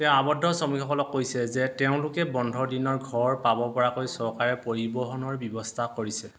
তেওঁ আবদ্ধ শ্ৰমিকসকলক কৈছে যে তেওঁলোকে বন্ধৰ দিনৰ ঘৰ পাব পৰাকৈ চৰকাৰে পৰিৱহণৰ ব্যৱস্থা কৰিছে